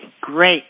Great